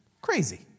Crazy